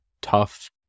tough